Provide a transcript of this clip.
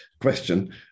question